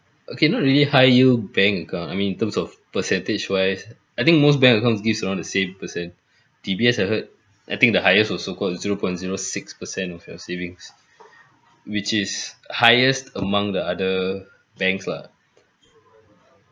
okay not really high yield bank account I mean in terms of percentage wise I think most bank accounts gives around the same percent D_B_S I heard I think the highest also got zero point zero six percent of your savings which is highest among the other banks lah